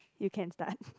you can start